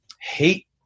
hate